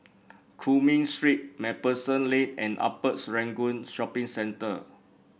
Cumming Street MacPherson Lane and Upper Serangoon Shopping Centre